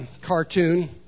cartoon